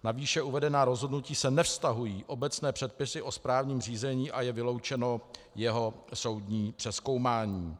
Na výše uvedená rozhodnutí se nevztahují obecné předpisy o správním řízení a je vyloučeno jeho soudní přezkoumání.